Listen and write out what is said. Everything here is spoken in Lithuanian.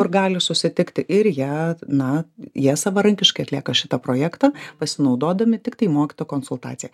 kur gali susitikti ir ja na jie savarankiškai atlieka šitą projektą pasinaudodami tiktai mokytojo konsultacija